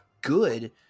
good